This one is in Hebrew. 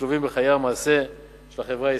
השלובים בחיי המעשה של החברה הישראלית.